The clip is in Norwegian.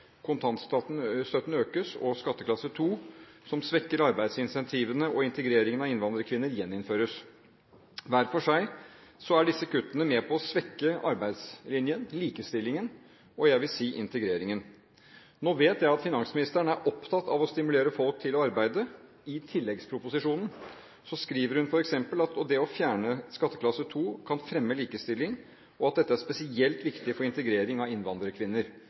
økes, og skatteklasse 2, som svekker arbeidsinsentivene for og integreringen av innvandrerkvinner, gjeninnføres. Hver for seg er disse kuttene med på å svekke arbeidslinjen, likestillingen og, jeg vil si, integreringen. Nå vet jeg at finansministeren er opptatt av å stimulere folk til å arbeide. I tilleggsproposisjonen skriver hun f.eks. at det å fjerne skatteklasse 2 kan fremme likestilling, og at dette er spesielt viktig for integrering av innvandrerkvinner.